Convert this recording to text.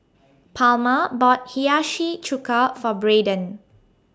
Palma bought Hiyashi Chuka For Braeden